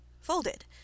Folded